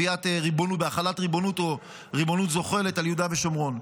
בהחלת ריבונותו או ריבונות זוחלת על יהודה ושומרון.